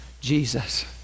Jesus